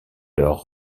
leur